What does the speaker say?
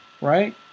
right